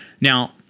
Now